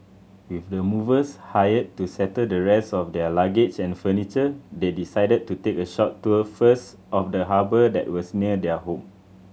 with the movers hired to settle the rest of their luggage and furniture they decided to take a short tour first of the harbour that was near their home